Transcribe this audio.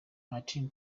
martin